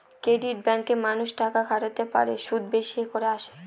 credit ব্যাঙ্কে মানুষ টাকা খাটাতে পারে, সুদ বেশি করে আসে